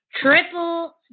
triple